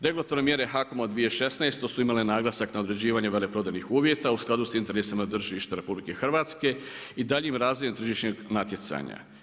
Regulatorne mjere HAKOM-a od 2016. su imale naglasak na određivanje veleprodajnih uvjeta u skladu sa interesima tržišta RH i daljnjem razvojem tržišnog natjecanja.